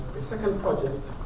the second project.